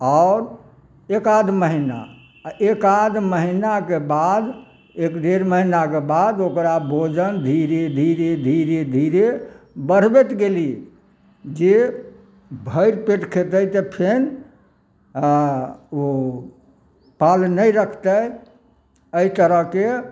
आओर एक आध महीना आ एक आध महीनाके बाद एक डेढ़ महीनाके बाद ओकरा भोजन धीरे धीरे धीरे धीरे बढ़बैत गेली जे भरि पेट खेतै से फेर हँ ओ पाल नहि रखतै एहि तरहके